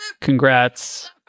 Congrats